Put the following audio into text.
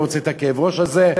לא רוצה את כאב הראש הזה.